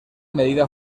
medida